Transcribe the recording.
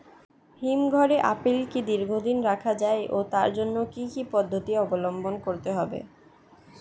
হিমঘরে আপেল কি দীর্ঘদিন রাখা যায় ও তার জন্য কি কি পদ্ধতি অবলম্বন করতে হবে?